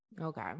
Okay